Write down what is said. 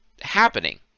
happening